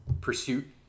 pursuit